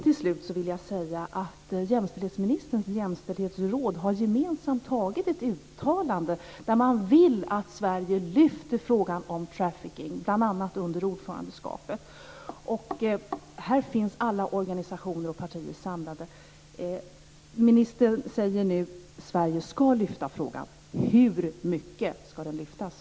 Till slut vill jag säga att jämställdhetsministerns jämställdhetsråd gemensamt har antagit ett uttalande där man vill att Sverige lyfter frågan om trafficking, bl.a. under ordförandeskapet. Här finns alla organisationer och partier samlade. Ministern säger nu att Sverige ska lyfta frågan. Hur mycket ska den lyftas?